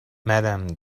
madam